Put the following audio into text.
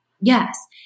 Yes